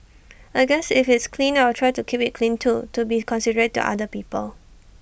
I guess if it's clean I will try to keep IT clean too to be considerate to other people